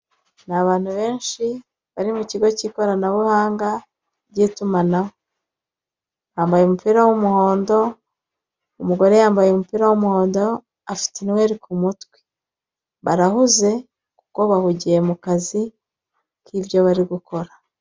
Ni abantu benshi bari mu kigo k'ikoranabuhanga ry'itumanaho bamabye umupira w'umuhondo, umugore yambaye umupira w'umuhondo afite inweri ku mutwe, barahuze kuko bahugiye mu kazi k'ibyo barigukora.